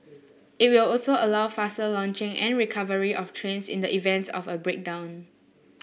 it will also allow faster launching and recovery of trains in the events of a breakdown